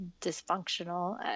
dysfunctional